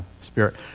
spirit